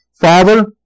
Father